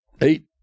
eight